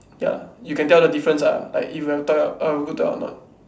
ya you can tell the difference ah like if you have toy ah err good toy or not